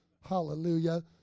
hallelujah